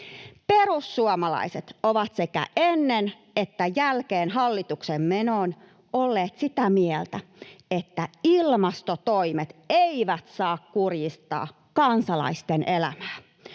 Perussuomalaiset ovat sekä ennen että jälkeen hallitukseen menon olleet sitä mieltä, että ilmastotoimet eivät saa kurjistaa kansalaisten elämää.